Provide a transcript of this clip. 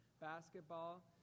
Basketball